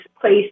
place